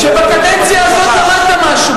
שבקדנציה הזאת למדת משהו,